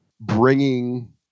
bringing